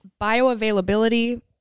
bioavailability